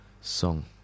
song